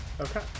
Okay